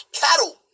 cattle